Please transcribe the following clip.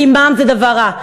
כי מע"מ זה דבר רע.